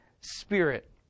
Spirit